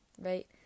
right